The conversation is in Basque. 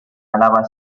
alaba